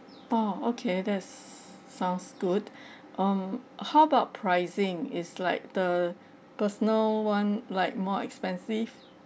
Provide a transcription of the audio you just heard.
oh okay that's sounds good um how about pricing is like the personal one like more expensive